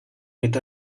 with